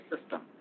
system